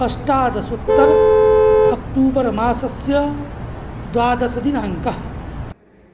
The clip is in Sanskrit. अष्टादशोत्तर अक्टूबर् मासस्य द्वादशः दिनाङ्कः